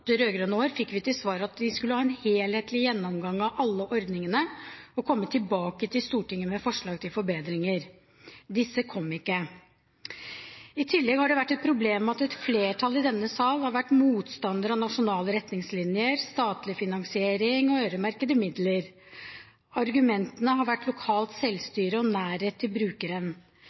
år fikk vi til svar at de skulle ha en helhetlig gjennomgang av alle ordningene og komme tilbake til Stortinget med forslag til forbedringer. Disse kom ikke. I tillegg har det vært et problem at et flertall i denne sal har vært motstandere av nasjonale retningslinjer, statlig finansiering og øremerkede midler. Argumentene har vært lokalt selvstyre og nærhet til brukeren.